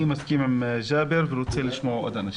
אני מסכים עם ג'אבר ורוצה לשמוע עוד אנשים.